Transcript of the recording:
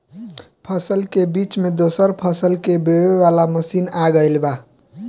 फसल के बीच मे दोसर फसल के बोवे वाला मसीन आ गईल बा